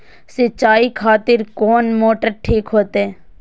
सीचाई खातिर कोन मोटर ठीक होते?